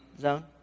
zone